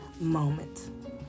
moment